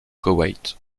koweït